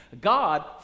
God